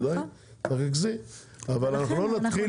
אנחנו לא נתחיל